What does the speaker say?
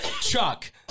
Chuck